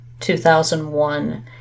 2001